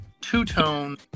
two-tone